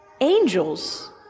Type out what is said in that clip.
angels